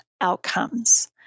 outcomes